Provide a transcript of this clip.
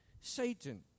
Satan